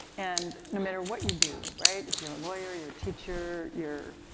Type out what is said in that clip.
and, no matter what you do, right, if you're a lawyer, you're a teacher, you're,